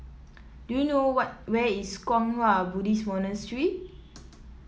do you know where is Kwang Hua Buddhist Monastery